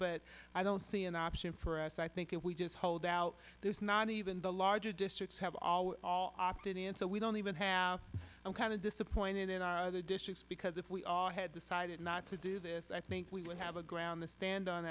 but i don't see an option for us i think if we just hold out there's not even the larger districts have opted in so we don't even have the kind of disappointed there are other districts because if we all had decided not to do this i think we would have a ground the stand on